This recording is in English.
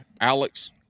Alex